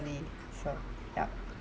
so yup